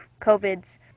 COVID's